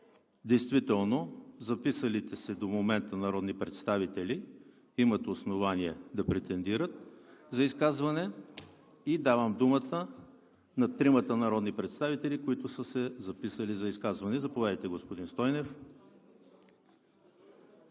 действително записалите се до момента народни представители имат основание да претендират за изказване. Давам думата на тримата народни представители, които са се записали за изказване. Заповядайте, господин Стойнев.